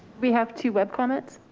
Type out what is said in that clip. we have two web comments.